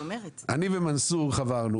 אני ומנסור חברנו,